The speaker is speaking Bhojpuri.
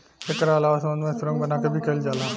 एकरा अलावा समुंद्र में सुरंग बना के भी कईल जाला